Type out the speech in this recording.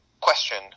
question